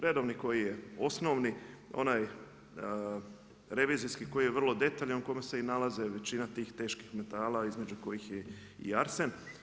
Redovni koji je osnovni, onaj revizijski koji je vrlo detaljan, u kome se i nalaze većina tih teških metala između kojih je i arsen.